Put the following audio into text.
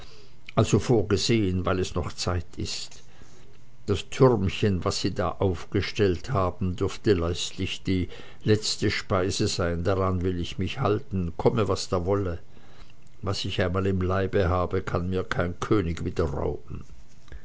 also vorgesehen weil es noch zeit ist das türmchen was sie da aufgestellt haben dürfte leichtlich die letzte speise sein daran will ich mich halten komme was da wolle was ich einmal im leibe habe kann mir kein könig wieder rauben